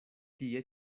tie